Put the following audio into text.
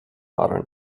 modern